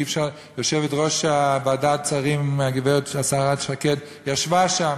יושבת-ראש ועדת השרים, הגברת השרה שקד, ישבה שם